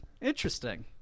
interesting